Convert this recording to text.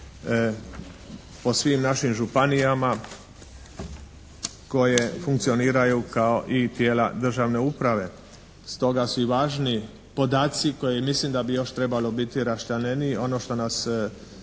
po svim našim županijama koje funkcioniraju kao i tijela državne uprave. Stoga su i važni podaci koje mislim da bi još trebali biti raščlanjeniji. Ono što nas